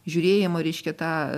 žiūrėjimo reiškia tą